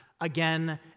again